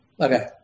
Okay